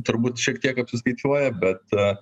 turbūt šiek tiek apsiskaičiuoja bet